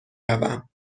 روم